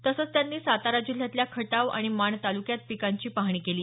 तसंच त्यांनी सातारा जिल्ह्यातल्या खटाव आणि माण तालुक्यात पिकांची पाहणी केली